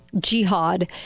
jihad